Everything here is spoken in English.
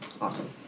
Awesome